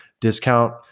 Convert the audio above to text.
discount